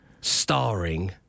starring